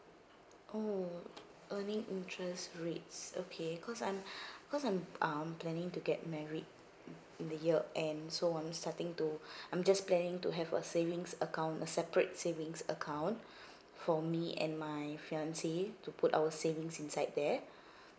oh earning interest rates okay cause I'm cause I'm um planning to get married in the year end so I'm starting to I'm just planning to have a savings account a separate savings account for me and my fiance to put our savings inside there